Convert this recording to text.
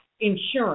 insurance